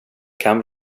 kan